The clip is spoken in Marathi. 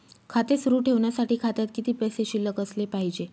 खाते सुरु ठेवण्यासाठी खात्यात किती पैसे शिल्लक असले पाहिजे?